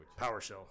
PowerShell